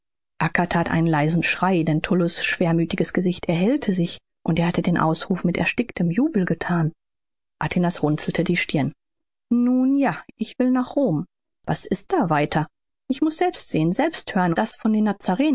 einen leisen schrei denn tullus schwermütiges gesicht erhellte sich und er hatte den ausruf mit ersticktem jubel gethan atinas runzelte die stirn nun ja ich will nach rom was ist da weiter ich muß selbst sehen selbst hören das von den